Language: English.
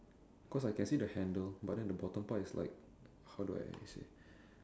cause I can see the handle but then the bottom part is like how do I say